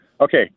Okay